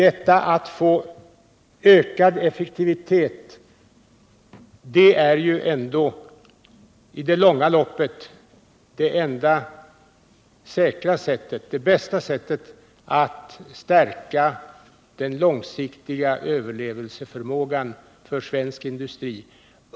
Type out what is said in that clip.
Att åstadkomma ökad effektivitet är ju ändå i det långa loppet det bästa sättet att stärka den långsiktiga överlevnadsförmågan för svensk industri.